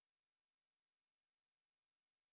okay